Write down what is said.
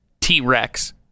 T-Rex